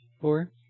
Four